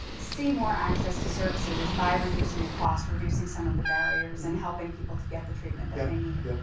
see more access to services is by reducing the cost, reducing some of the barriers and helping people to get the treatment that they need. yep,